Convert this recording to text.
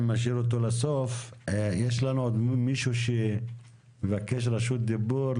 משאיר אותו לסוף יש לנו עוד מישהו שמבקש רשות דיבור,